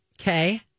Okay